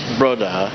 brother